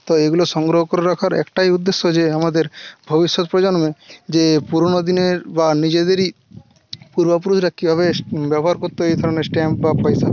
তো এইগুলো সংগ্রহ করে রাখার একটাই উদ্দেশ্য যে আমাদের ভবিষ্যৎ প্রজন্মে যে পুরোনো দিনের বা নিজেদেরই পূর্ব পুরুষরা কীভাবে ব্যবহার করতো এই ধরনের স্ট্যাম্প বা পয়সা